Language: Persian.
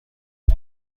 هیچ